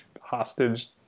hostage